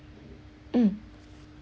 mm